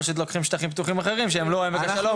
פשוט לוקחים שטחים פתוחים אחרים שהם לא עמק השלום,